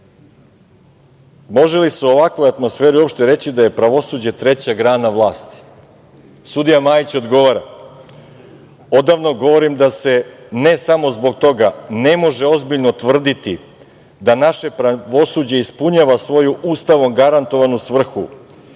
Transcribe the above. može li se u ovakvoj atmosferi uopšte reći da je pravosuđe treća grana vlasti? Sudija Majić odgovara - odavno govorim da se ne samo zbog toga ne može ozbiljno tvrditi da naše pravosuđe ispunjava svoju Ustavom garantovanu svrhu,